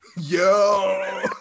Yo